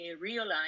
realize